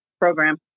program